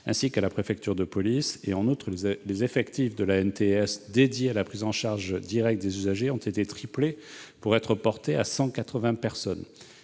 et à la préfecture de police. En outre, les effectifs de l'ANTS dédiés à la prise en charge directe des usagers ont été triplés. Ils ont ainsi été portés à 180 personnes.